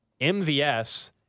MVS